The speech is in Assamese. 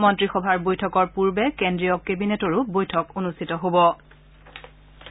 মন্ত্ৰীসভাৰ বৈঠকৰ পূৰ্বে কেন্দ্ৰীয় কেবিনেটৰো বৈঠক অনুষ্ঠিত হ'ব